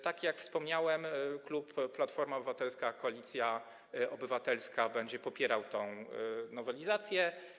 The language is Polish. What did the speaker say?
Tak jak wspomniałem, klub Platforma Obywatelska - Koalicja Obywatelska będzie popierał tę nowelizację.